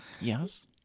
yes